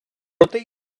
проте